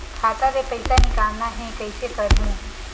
खाता ले पईसा निकालना हे, कइसे करहूं?